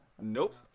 Nope